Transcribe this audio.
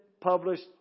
published